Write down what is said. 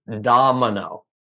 domino